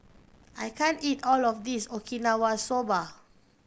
I can't eat all of this Okinawa Soba